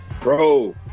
Bro